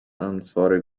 ansvarig